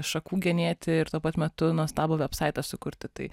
šakų genėti ir tuo pat metu nuostabų vebsaitą sukurti tai